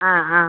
ആ ആ